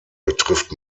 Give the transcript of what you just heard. betrifft